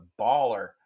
baller